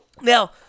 Now